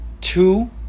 Two